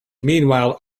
meanwhile